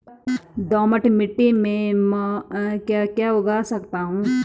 दोमट मिट्टी में म ैं क्या क्या उगा सकता हूँ?